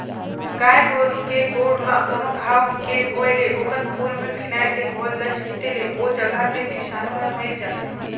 गाय गोरु के गोड़ म कोनो घांव के होय ले ओखर खूर में फिनाइल के घोल ल छींटे ले ओ जघा के बिसानु हर मइर जाथे